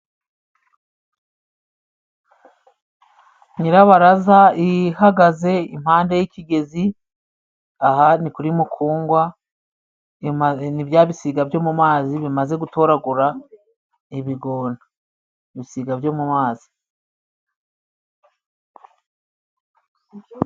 Nyirabaraza ihagaze impande y'ikigezi, aha ni kuri mukungwa, ni bya bisiga byo mu mazi bimaze gutoragura ibigona, ibisiga byo mu mazi.